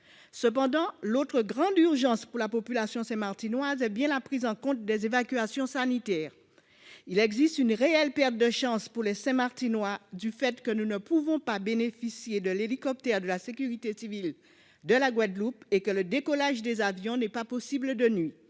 Cependant, l'autre grande urgence pour la population saint-martinoise est bien la prise en charge des évacuations sanitaires. Il existe une réelle perte de chance pour les Saint-Martinois du fait que nous ne pouvons pas bénéficier de l'hélicoptère de la sécurité civile de la Guadeloupe, et que le décollage des avions n'est pas possible de nuit.